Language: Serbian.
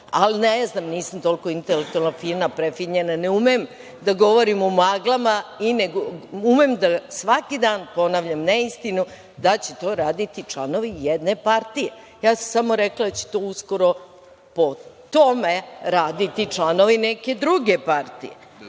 Ali, ne znam, nisam toliko intelektualna, fina, prefinjena, ne umem da govorim u maglama, umem da svaki dan ponavljam neistinu da će to raditi članovi jedne partije. Ja sam samo rekla da će to uskoro po tome raditi članovi neke druge partije,